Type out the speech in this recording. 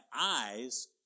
eyes